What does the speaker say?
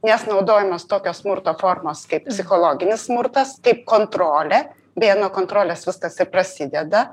nes naudojamos tokios smurto formos kaip psichologinis smurtas kaip kontrolė beje nuo kontrolės viskas ir prasideda